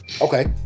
Okay